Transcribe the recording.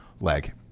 leg